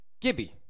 Gibby